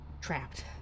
trapped